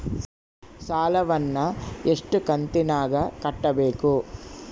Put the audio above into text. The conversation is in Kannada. ಸಾಲವನ್ನ ಎಷ್ಟು ಕಂತಿನಾಗ ಕಟ್ಟಬೇಕು?